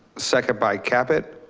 second by caput.